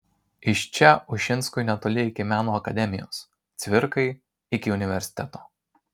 iš čia ušinskui netoli iki meno akademijos cvirkai iki universiteto